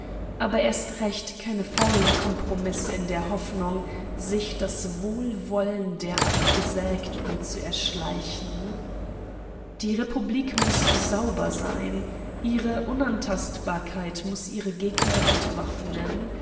aber erst recht keine faulen kompromisse in der hoffnung sich das wohlwollen der abgesägten zu erschleichen die republik muß sauber sein ihre unantastbarkeit muß ihre gegner entwaffnen